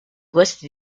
questi